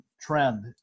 trend